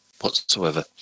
whatsoever